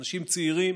אנשים צעירים